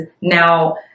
now